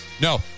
No